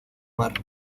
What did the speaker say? mar